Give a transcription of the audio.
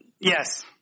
Yes